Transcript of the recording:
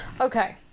okay